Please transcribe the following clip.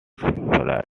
flat